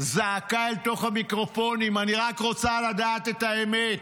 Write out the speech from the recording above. זעקה לתוך המיקרופונים: אני רק רוצה לדעת את האמת.